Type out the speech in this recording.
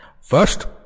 First